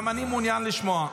גם אני מעוניין לשמוע.